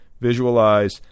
Visualize